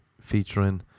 featuring